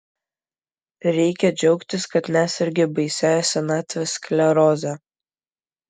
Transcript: reikia džiaugtis kad nesergi baisiąja senatvės skleroze